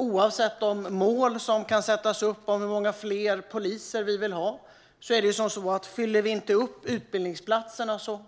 Oavsett de mål som kan sättas upp om hur många fler poliser vi vill ha